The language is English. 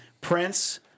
Prince